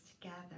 together